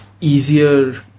easier